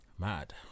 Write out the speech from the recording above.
Mad